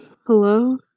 Hello